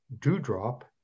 Dewdrop